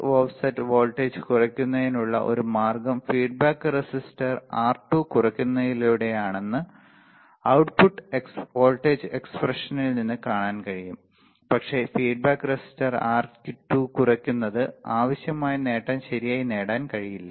അതിനാൽ output offset voltage കുറയ്ക്കുന്നതിനുള്ള ഒരു മാർഗ്ഗം ഫീഡ്ബാക്ക് റെസിസ്റ്റർ R2 കുറയ്ക്കുന്നതിലൂടെയാണെന്ന് output വോൾട്ടേജ് എക്സ്പ്രഷനിൽ നിന്ന് കാണാൻ കഴിയും പക്ഷേ ഫീഡ്ബാക്ക് റെസിസ്റ്റർ R2 കുറയ്ക്കുന്നത് ആവശ്യമായ നേട്ടം ശരിയായി നേടാൻ കഴിയില്ല